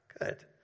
Good